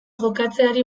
jokatzeari